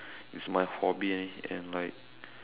it's my hobby and like